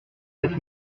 neuf